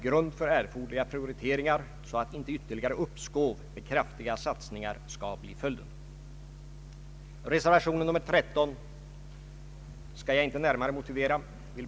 Stödet till turistnäringen föresloges fortsätta enligt hittills tillämpade grunder.